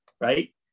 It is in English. right